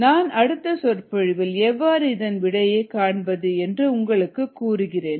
நான் அடுத்த சொற்பொழிவில் எவ்வாறு இதன் விடையை காண்பது என்று உங்களுக்கு கூறுகிறேன்